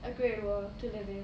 a great world to live in